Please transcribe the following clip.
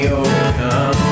overcome